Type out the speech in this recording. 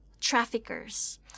traffickers